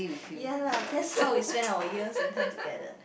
ya lah that's how we spent our years and time together